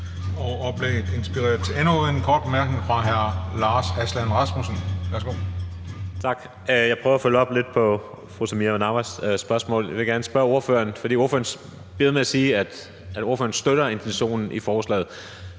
Oplægget inspirerer til endnu en kort bemærkning. Hr. Lars Aslan Rasmussen, værsgo. Kl. 15:01 Lars Aslan Rasmussen (S): Tak. Jeg prøver at følge lidt op på fru Samira Nawas spørgsmål. Jeg vil gerne spørge ordføreren, fordi ordføreren bliver ved med at sige, at ordføreren støtter intentionen i forslaget,